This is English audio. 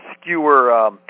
skewer